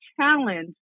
challenge